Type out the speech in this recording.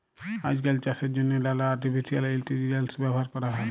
আইজকাল চাষের জ্যনহে লালা আর্টিফিসিয়াল ইলটেলিজেলস ব্যাভার ক্যরা হ্যয়